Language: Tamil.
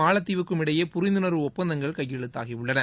மாலத்தீவுக்கும் இடையே புரிந்துணர்வு ஒப்பந்தங்கள் கையெழுத்தாகியுள்ளன